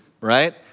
right